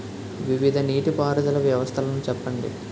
వివిధ నీటి పారుదల వ్యవస్థలను చెప్పండి?